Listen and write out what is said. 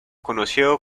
conocido